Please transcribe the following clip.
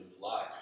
life